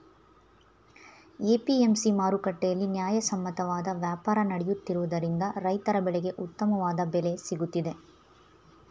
APMC ಮಾರುಕಟ್ಟೆಯಲ್ಲಿ ನ್ಯಾಯಸಮ್ಮತವಾದ ವ್ಯಾಪಾರ ನಡೆಯುತ್ತಿರುವುದರಿಂದ ರೈತರ ಬೆಳೆಗೆ ಉತ್ತಮವಾದ ಬೆಲೆ ಸಿಗುತ್ತಿದೆ